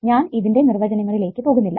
ഞാൻ ഇതിൻറെ നിർവചനങ്ങളിലേക്ക് പോകുന്നില്ല